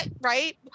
right